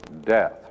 death